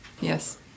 Yes